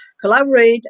collaborate